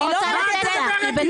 אני לא --- היא לא רוצה להקשיב לך.